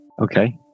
Okay